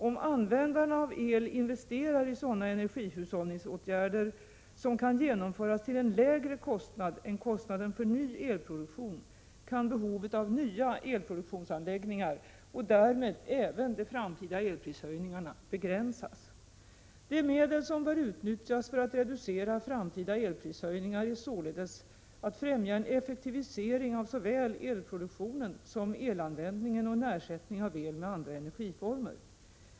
Om användarna av el investerar i sådana energihushållningsåtgärder som kan genomföras till en lägre kostnad än kostnaden för ny elproduktion, kan behovet av nya elproduktionsanläggningar, och därmed även de framtida elprishöjningarna, begränsas. De medel som bör utnyttjas för att reducera framtida elprishöjningar är således att främja en effektivisering av såväl elproduktionen som elanvändningen och en ersättning av el med andra energiformer.